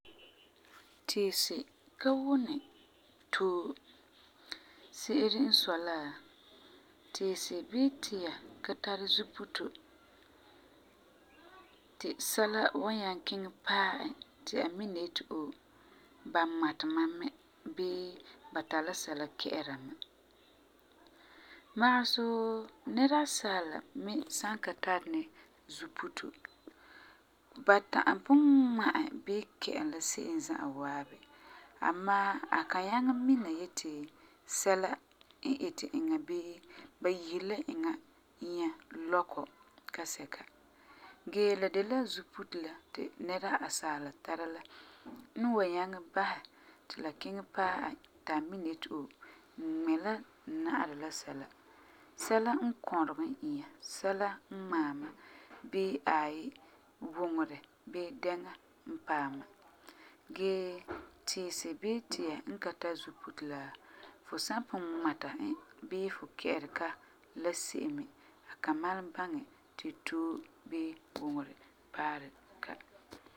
Tiisi ka wuni too, se'ere n sɔi la tiisi bii tia ka tari zuputo ti sɛla wan nyaŋɛ kiŋɛ paɛ e ti a mina yeti ba ŋmati mam mɛ bii ba tari la sɛla kɛ'ɛra ma. Magesɛ wuu, nɛra asaala san ka tari ni zuputo, ba ta'am pugum ŋma e bii kɛ e la se'em za'a waabi amaa a kan nyaŋɛ mina ti sɛla n iti e bii ba yiseri la eŋa inya lɔkɔ kasɛka. Gee, la de la zuputo la ti nɛra asaala tara la n wan nyaŋɛ basɛ ti la kiŋɛ paɛ e ti a mina yeti oo, n ŋmɛ la n na'arɛ la sɛla, sɛla kɔregɛ n inya, sɛla n ŋmaɛ ma bii aai, wuŋerɛ bii dɛŋa n paagɛ n inya. Gee, tiisi bii tia n ka tari zuputo la fu san pugum ŋma ka bii kɛ ka la se'em me a kan malum baŋɛ ti too bii wuŋerɛ paari ka.